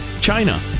China